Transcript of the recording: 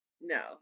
No